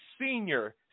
senior